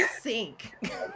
sink